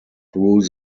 through